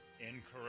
Incorrect